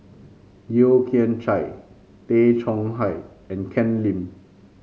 Yeo Kian Chai Tay Chong Hai and Ken Lim